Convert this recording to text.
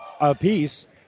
apiece